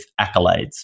accolades